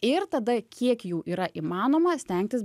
ir tada kiek jų yra įmanoma stengtis